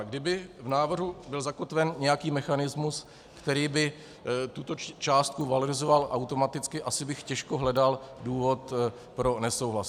Kdyby v návrhu byl zakotven nějaký mechanismus, který by tuto částku valorizoval automaticky, asi bych těžko hledal důvod pro nesouhlas.